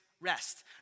rest